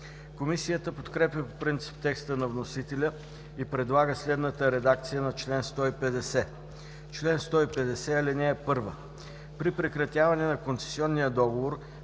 Комисията подкрепя по принцип текста на вносителя и предлага следната редакция на чл. 150: „Чл. 150. (1) При прекратяване на концесионния договор